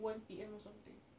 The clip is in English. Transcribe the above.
one P_M or something